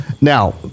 Now